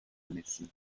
missing